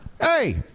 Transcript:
Hey